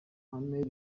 armel